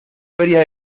ferias